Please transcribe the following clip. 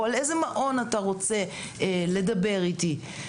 או לאיזה מעון אתה רוצה לדבר איתי?